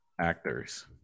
actors